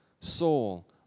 soul